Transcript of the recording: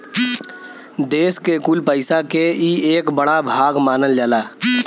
देस के कुल पइसा के ई एक बड़ा भाग मानल जाला